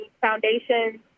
foundations